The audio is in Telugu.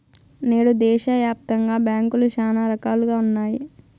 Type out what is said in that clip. నేడు దేశాయాప్తంగా బ్యాంకులు శానా రకాలుగా ఉన్నాయి